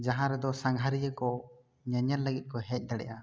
ᱡᱟᱦᱟᱸ ᱨᱮᱫᱚ ᱥᱟᱸᱜᱷᱟᱨᱤᱭᱟᱹ ᱠᱚ ᱧᱮᱧᱮᱞ ᱞᱟᱹᱜᱤᱫ ᱠᱚ ᱦᱮᱡ ᱫᱟᱲᱮᱭᱟᱜᱼᱟ